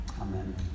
Amen